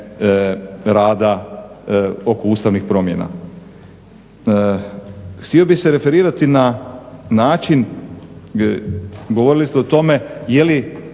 rada oko ustavnih promjena. Htio bih se referirati na način. Govorili ste o tome je li